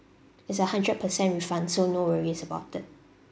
it's a hundred percent refund so no worries about it